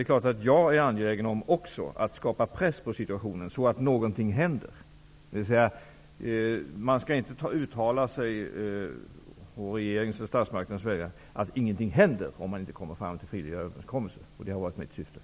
Också jag är angelägen om att sätta press på situationen så att någonting händer. Men man skall inte beskylla statsmakterna för att ingenting händer, om man inte själv vill medverka till överenskommelser. Det har ju varit min strävan.